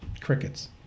crickets